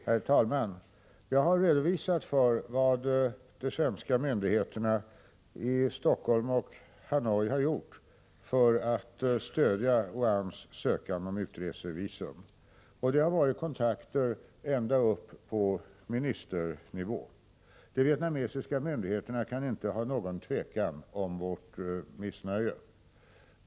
Herr talman! Jag har redovisat vad de svenska myndigheterna i Stockholm och Hanoi har gjort för att stödja Oanhs ansökan om utresevisum. Det har varit kontakter ända upp på ministernivå. De vietnamesiska myndigheterna kan inte hysa något tvivel om vårt missnöje.